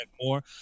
more